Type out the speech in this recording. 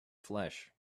flesh